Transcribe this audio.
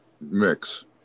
mix